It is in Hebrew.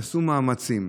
עשו מאמצים,